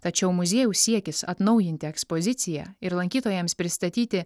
tačiau muziejaus siekis atnaujinti ekspoziciją ir lankytojams pristatyti